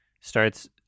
starts